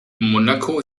monaco